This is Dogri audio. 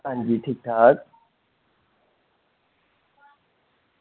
आं जी ठीक ठाक